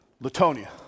Latonia